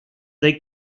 they